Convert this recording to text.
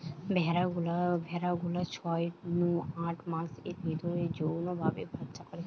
ভেড়া গুলা ছয় নু আট মাসের ভিতরেই যৌন ভাবে বাচ্চা করে